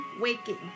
waking